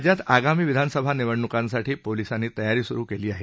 राज्यात आगामी विधानसभा निवडण्कांसाठी पोलिसांनी तयारी स्रु केली आहे